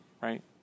right